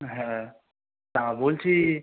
হ্যাঁ তা বলছি